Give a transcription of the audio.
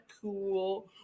cool